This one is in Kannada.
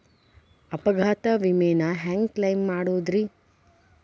ಅಪಘಾತ ವಿಮೆನ ಹ್ಯಾಂಗ್ ಕ್ಲೈಂ ಮಾಡೋದ್ರಿ?